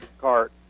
cart